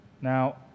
Now